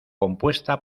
compuesta